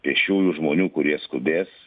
pėsčiųjų žmonių kurie skubės